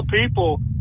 people